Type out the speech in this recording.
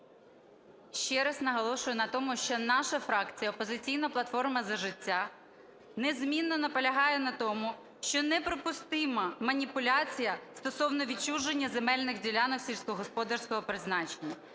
Ще раз наголошую на тому, що наша фракція "Опозиційна платформа - За життя" незмінно наполягає на тому, що неприпустима маніпуляція стосовно відчуження земельних ділянок сільськогосподарського призначення.